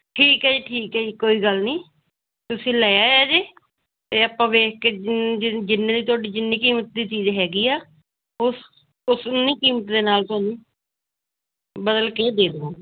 ਠੀਕ ਹੈ ਜੀ ਠੀਕ ਹੈ ਜੀ ਕੋਈ ਗੱਲ ਨਹੀਂ ਤੁਸੀਂ ਲੈ ਆਇਆ ਜੇ ਅਤੇ ਆਪਾਂ ਵੇਖ ਕੇ ਜਿਨ ਜਿੰਨੇ ਦੀ ਤੁਹਾਡੀ ਜਿੰਨੀ ਕੀਮਤ ਦੀ ਚੀਜ਼ ਹੈਗੀ ਆ ਉਸ ਉਸ ਓਨੀ ਕੀਮਤ ਦੇ ਨਾਲ ਤੁਹਾਨੂੰ ਬਦਲ ਕੇ ਦੇ ਦੇਵਾਂਗੇ